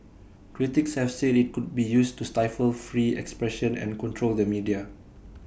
critics have said IT could be used to stifle free expression and control the media